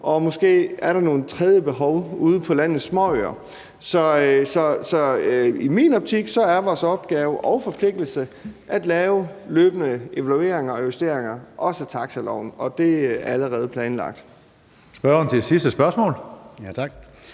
der måske nogle andre behov ude på landets småøer? Så i min optik er vores opgave og forpligtelse at lave løbende evalueringer og justeringer, også af taxiloven, og det er allerede planlagt. Kl. 15:08 Tredje næstformand